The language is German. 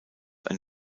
ein